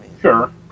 Sure